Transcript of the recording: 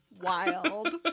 Wild